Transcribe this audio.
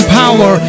power